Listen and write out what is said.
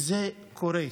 וזה קורה.